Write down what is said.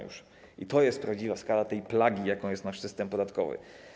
I to jest prawdziwa skala tej plagi, jaką jest nasz system podatkowy.